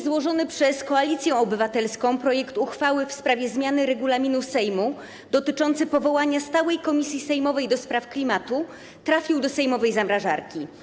Złożony przez Koalicję Obywatelską projekt uchwały w sprawie zmiany regulaminu Sejmu dotyczący powołania stałej komisji sejmowej do spraw klimatu trafił do sejmowej zamrażarki.